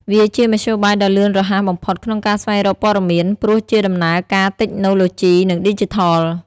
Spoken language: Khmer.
វាជាមធ្យោបាយដ៏លឿនរហ័សបំផុតក្នុងការស្វែងរកព័ត៌មាន ព្រោះជាដំណើរការតិចណូទ្បូជីនិងឌីជីថល។